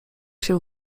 się